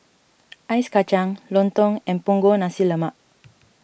Ice Kacang Lontong and Punggol Nasi Lemak